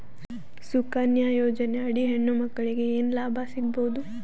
ಸುಕನ್ಯಾ ಯೋಜನೆ ಅಡಿ ಹೆಣ್ಣು ಮಕ್ಕಳಿಗೆ ಏನ ಲಾಭ ಸಿಗಬಹುದು?